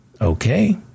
Okay